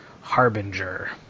harbinger